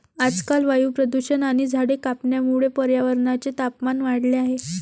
आजकाल वायू प्रदूषण आणि झाडे कापण्यामुळे पर्यावरणाचे तापमान वाढले आहे